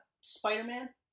Spider-Man